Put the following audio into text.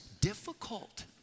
difficult